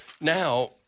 Now